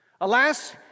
Alas